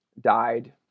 died